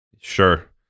sure